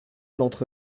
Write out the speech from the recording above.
d’entre